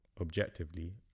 objectively